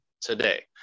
today